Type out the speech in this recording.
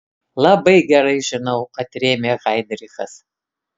labai gerai žinau atrėmė heinrichas